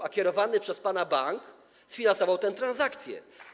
a kierowany przez pana bank sfinansował tę transakcję.